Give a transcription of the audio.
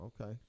okay